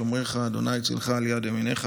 ה' שמרך, ה' צלך על יד ימינך.